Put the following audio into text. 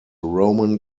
roman